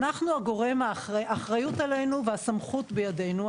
האחריות עלינו והסמכות בידינו.